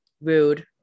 Rude